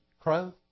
crow